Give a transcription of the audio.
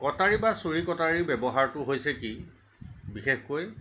কটাৰী বা চুৰি কটাৰীৰ ব্য়ৱহাৰটো হৈছে কি বিশেষকৈ